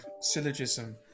syllogism